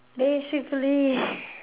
basically